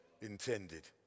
intended